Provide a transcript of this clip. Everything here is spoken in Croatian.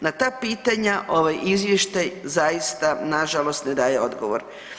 Na ta pitanja ova izvještaj zaista nažalost ne daje odgovor.